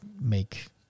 make